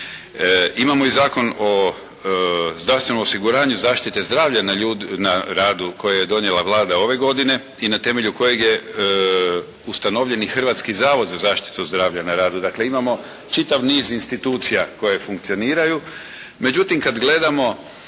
Imamo i Zakon o zdravstvenom osiguranju zaštite zdravlja na radu koje je donijela Vlada ove godine i na temelju kojeg je ustanovljen i Hrvatski zavod za zaštitu zdravlja na radu. Dakle, imamo čitav niz institucija koje funkcioniraju. Međutim, kad gledamo